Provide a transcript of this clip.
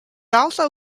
also